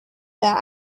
that